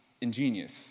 ingenious